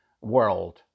world